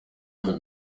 ako